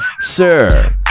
Sir